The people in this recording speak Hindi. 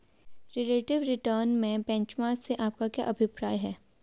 रिलेटिव रिटर्न में बेंचमार्क से आपका क्या अभिप्राय है?